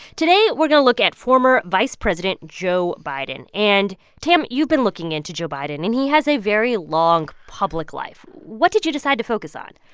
today we're going to look at former vice president joe biden. and, tam, you've been looking into joe biden. and he has a very long public life. what did you decide to focus on?